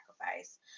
sacrifice